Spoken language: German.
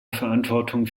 verantwortung